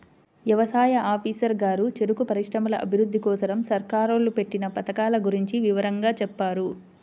యవసాయ ఆఫీసరు గారు చెరుకు పరిశ్రమల అభిరుద్ధి కోసరం సర్కారోళ్ళు పెట్టిన పథకాల గురించి వివరంగా చెప్పారు